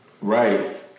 Right